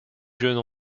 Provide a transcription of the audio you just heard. jeune